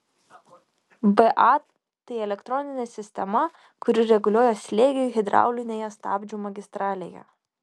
ba tai elektroninė sistema kuri reguliuoja slėgį hidraulinėje stabdžių magistralėje